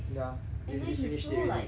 ya is you finished it already